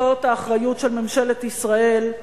זאת האחריות של ממשלת ישראל.